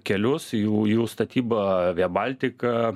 kelius jų jų statyba via baltiką